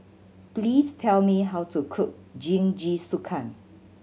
please tell me how to cook Jingisukan